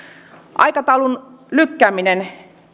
aikataulun lykkääminen